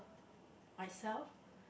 myself